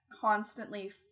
constantly